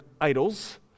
idols